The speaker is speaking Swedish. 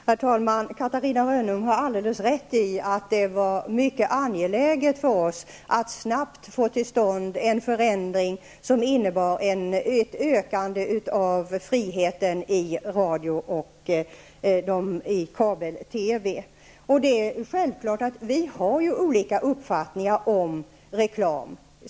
Herr talman! Catarina Rönnung har alldeles rätt i att det var mycket angeläget för oss att snabbt få till stånd en förändring som innebar ett ökande av friheten i radio och kabel-TV. Vi har ju olika uppfattningar om reklam.